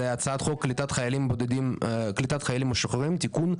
זה הצעת חוק קליטת חיילים משוחררים (תיקון),